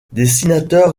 dessinateur